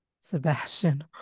Sebastian